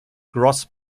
grosse